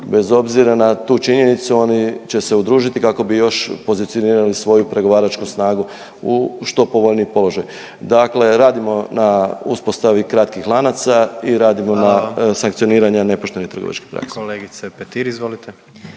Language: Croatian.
bez obzira na tu činjenicu oni će se udružiti kako bi još pozicionirali svoju pregovaračku snagu u što povoljniji položaj. Dakle, radimo na uspostavi kratkih lanaca i radimo na …/Upadica predsjednik: Hvala